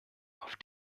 auf